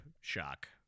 shock